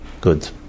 good